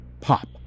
pop